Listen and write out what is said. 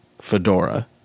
Fedora